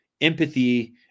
empathy